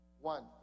One